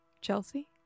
Chelsea